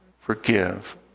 forgive